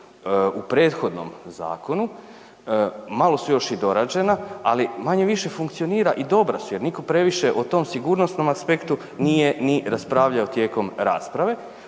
u prethodnom zakonu malo su još i dorađena, ali manje-više funkcionira i dobra su jer niko previše o tom sigurnosnom aspektu nije ni raspravljao tijekom rasprave.